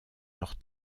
leur